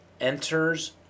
enters